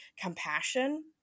compassion